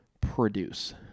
produce